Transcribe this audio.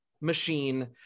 machine